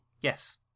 Yes